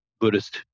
Buddhist